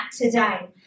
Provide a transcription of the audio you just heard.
today